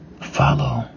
Follow